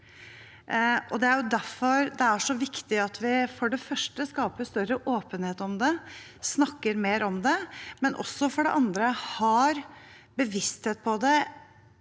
det er så viktig at vi for det første skaper større åpenhet om det, snakker mer om det, og for det andre at vi har bevissthet om det